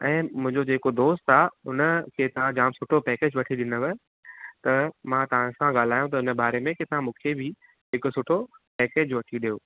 ऐं मुंहिंजो जेको दोस्त आहे उनखे तव्हां जामु सुठो पैकेज वठी ॾिनव त मां तव्हांसां ॻाल्हायांव थो इन ॿारे में की तां मूंखे बि हिकु सुठो पैकेज वठी ॾियो